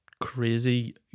crazy